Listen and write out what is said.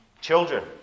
Children